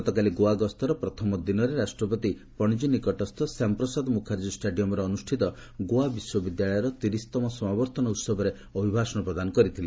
ଗତକାଲି ଗୋଆ ଗସ୍ତରେ ପ୍ରଥମ ଦିନରେ ରାଷ୍ଟ୍ରପତି ପଣଜ୍ଞୀ ନିକଟସ୍ଥ ଶ୍ୟାମ ପ୍ରସାଦ ମୁର୍ଖାଜୀ ଷ୍ଟାଡିୟମରେ ଅନୁଷ୍ଠିତ ଗୋଆ ବିଶ୍ୱବିଦ୍ୟାଳୟର ତିରିଶ ତମ ସମାବର୍ତ୍ତନ ଉତ୍ସବରେ ଅଭିଭାଷଣ ପ୍ରଦାନ କରିଥିଲେ